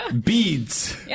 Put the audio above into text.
Beads